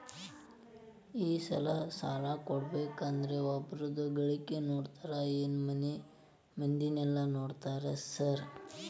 ಈ ಸಾಲ ಕೊಡ್ಬೇಕಂದ್ರೆ ಒಬ್ರದ ಗಳಿಕೆ ನೋಡ್ತೇರಾ ಏನ್ ಮನೆ ಮಂದಿದೆಲ್ಲ ನೋಡ್ತೇರಾ ಸಾರ್?